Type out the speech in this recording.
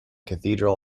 cathedral